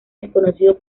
desconocido